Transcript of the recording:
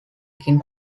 king